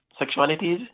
sexualities